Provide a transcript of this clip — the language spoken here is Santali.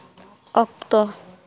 ᱚᱠᱛᱚ